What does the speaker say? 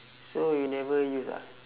so you never use ah